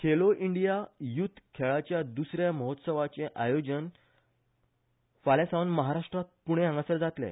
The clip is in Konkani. खेलो इंडीया युथ खेळाच्या द्सऱ्या महोत्सवाचे आयोजन फाल्या सावन महाराष्ट्रात पुण्या हांगसर जातले